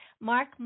Mark